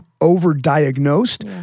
over-diagnosed